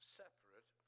separate